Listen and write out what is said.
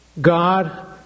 God